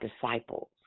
disciples